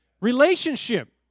Relationship